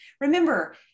remember